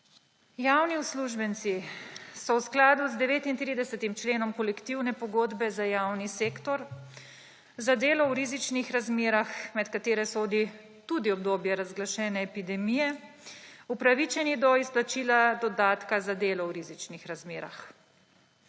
Javni uslužbenci so v skladu z 39. členom Kolektivne pogodbe za javni sektor za delo v rizičnih razmerah, med katere sodi tudi obdobje razglašene epidemije, upravičeni do izplačila dodatka za delo v rizičnih razmerah.